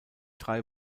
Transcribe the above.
drei